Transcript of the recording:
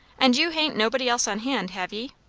and you hain't nobody else on hand, have ye?